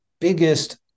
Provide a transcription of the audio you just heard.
biggest